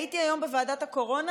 הייתי היום בוועדת הקורונה.